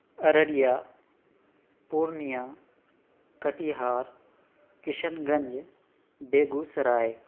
Araria Purnia Katihar Kishanganj Begusarai